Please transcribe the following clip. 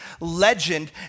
legend